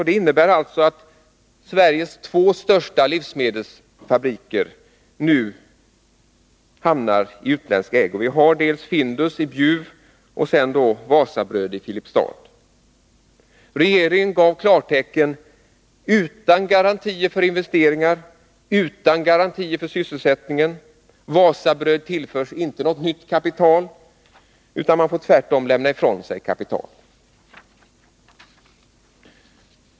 Det innebär att Sveriges två största livsmedelsfabriker nu kommer att vara i utländsk ägo: dels Findus i Bjuv, dels Wasabröd i Filipstad. Regeringen gav klartecken utan garantier för investeringar, utan garantier för sysselsättningen. Wasabröd tillförs inte något nytt kapital — man får tvärtom lämna ifrån sig kapital.